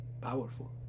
powerful